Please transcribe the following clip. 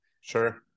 sure